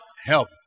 help